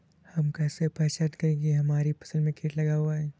हम कैसे पहचान करेंगे की हमारी फसल में कीट लगा हुआ है?